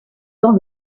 dans